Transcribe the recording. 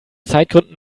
zeitgründen